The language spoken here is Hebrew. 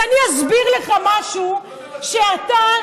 אז אני אסביר לך משהו שאתה,